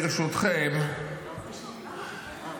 ברשותכם,